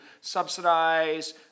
subsidize